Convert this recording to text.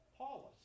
Paulus